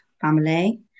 family